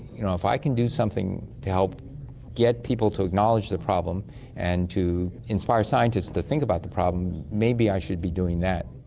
you know if i can do something to help get people to acknowledge the problem and to inspire scientists to think about the problem maybe i should be doing that.